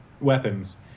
weapons